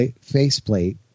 faceplate